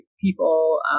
people